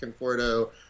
Conforto